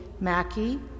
Mackey